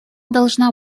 должны